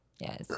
Yes